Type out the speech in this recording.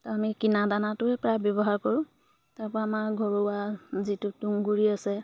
আমি কিনা দানাটোৱে প্ৰায় ব্যৱহাৰ কৰোঁ তাৰপৰা আমাৰ ঘৰুৱা যিটো তুঁহগুৰি আছে